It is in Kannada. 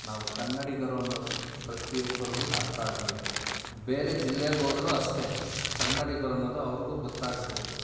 ನಾವು ಕನ್ನಡಿಗರು ಅನ್ನೋದು ಪ್ರತಿಯೊಬ್ಬರಿಗೂ ಅರ್ಥ ಆಗ್ಬೇಕು ಬೇರೆ ಜಿಲ್ಲೆಗೆ ಹೋದರೂ ಅಷ್ಟೇ ಕನ್ನಡಿಗರನ್ನೋದು ಅವ್ರಿಗೂ ಗೊತ್ತಾಗಬೇಕು